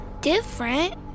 different